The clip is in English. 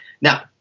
Now